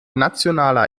nationaler